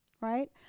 right